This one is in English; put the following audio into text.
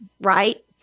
right